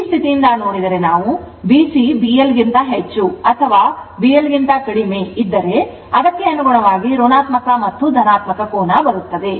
ಆದ್ದರಿಂದ ಈ ಸ್ಥಿತಿಯಿಂದ ನೋಡಿದರೆ B C BL ಗಿಂತ ಹೆಚ್ಚು ಅಥವಾ BL ಗಿಂತ ಕಡಿಮೆ ಇದ್ದರೆ ಅದಕ್ಕೆ ಅನುಗುಣವಾಗಿ ಋಣಾತ್ಮಕ ಮತ್ತು ಧನಾತ್ಮಕ ಕೋನ ಬರುತ್ತದೆ